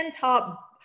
top